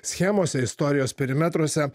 schemose istorijos perimetruose